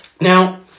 now